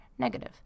negative